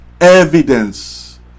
evidence